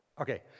okay